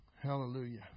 Hallelujah